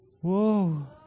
Whoa